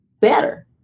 better